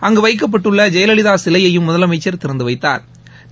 அங்கு வைக்கப்பட்டுள்ள ஜெயலலிதா சிலையையும் முதலமைச்சா் திறந்து வைத்தாா்